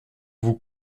vous